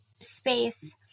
space